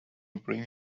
bring